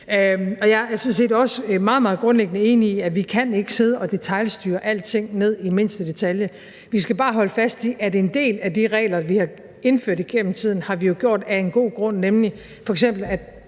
også meget, meget grundlæggende enig i, at vi ikke kan sidde og detailstyre alting ned i mindste detalje. Vi skal bare holde fast i, at en del af de regler, vi har indført igennem tiden, har vi jo gjort af en god grund, f.eks.